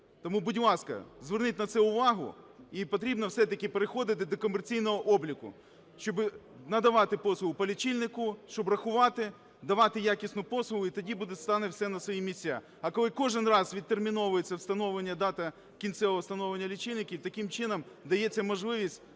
Тому, будь ласка, зверніть на це увагу, і потрібно все-таки переходити до комерційного обліку, щоби надавати послугу по лічильнику, щоб рахувати, давати якісну послугу, і тоді буде… стане все на свої місця. А коли кожен раз відтерміновується встановлення дати кінцевого встановлення лічильників, таким чином дається можливість